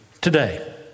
today